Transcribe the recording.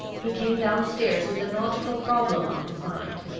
he came downstairs with a nautical problem on his mind,